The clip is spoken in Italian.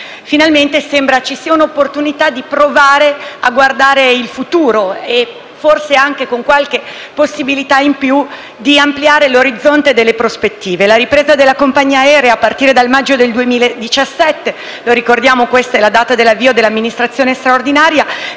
Finalmente sembra ci sia l'opportunità di provare a guardare il futuro, forse anche con qualche possibilità in più di ampliare l'orizzonte delle prospettive. La ripresa della compagnia aerea a partire dal maggio 2017 (ricordiamo che questa è la data di avvio dell'amministrazione straordinaria)